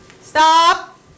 stop